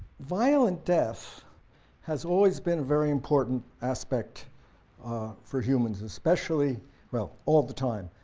violent death has always been very important aspect for humans especially well all the time,